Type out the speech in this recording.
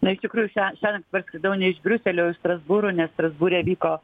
na iš tikrųjų šią šiąnakt parskridau ne iš briuselio o iš strasbūro nes strasbūre vyko